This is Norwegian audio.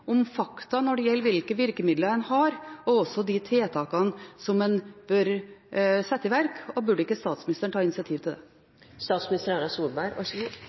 om fakta når det gjelder hvilke virkemidler en har, og også om de tiltakene som en bør sette i verk – og burde ikke statsministeren ta initiativ til det?